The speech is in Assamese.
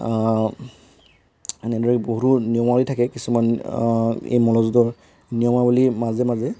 এনেদৰে বহুতা নিয়মাৱলী থাকে কিছুমান এই মল্লযুদ্ধৰ নিয়মাৱলী মাজে মাজে